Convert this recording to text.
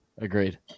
agreed